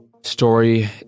story